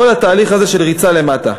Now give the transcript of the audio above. כל התהליך הזה של ריצה למטה,